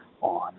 on